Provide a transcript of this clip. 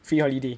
free holiday